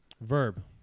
Verb